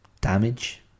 damage